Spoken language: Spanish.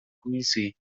quincy